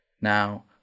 now